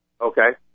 Okay